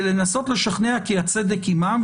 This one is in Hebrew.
ולנסות לשכנע כי הצדק עמם,